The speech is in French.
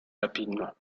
rapidement